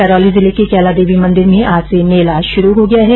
करौली के कैला देवी मंदिर में आज से मेला शुरू हो गया है